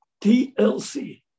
TLC